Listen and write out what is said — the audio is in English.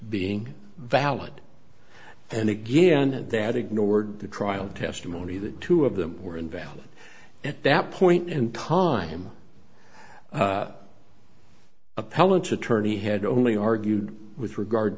being valid and again they had ignored the trial testimony that two of them were invalid at that point in time appellate attorney had only argued with regard